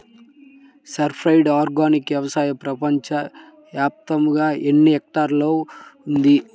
Certified organic వ్యవసాయం ప్రపంచ వ్యాప్తముగా ఎన్నిహెక్టర్లలో ఉంది?